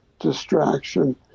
distraction